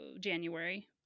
January